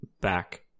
back